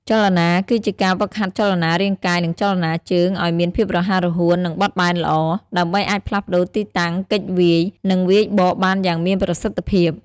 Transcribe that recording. ចលនាគឺជាការ ហ្វឹកហាត់ចលនារាងកាយ និងចលនាជើងឲ្យមានភាពរហ័សរហួន និងបត់បែនល្អ ដើម្បីអាចផ្លាស់ប្តូរទីតាំង គេចវាយ និងវាយបកបានយ៉ាងមានប្រសិទ្ធភាព។